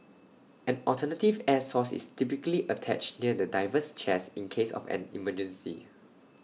an alternative air source is typically attached near the diver's chest in case of an emergency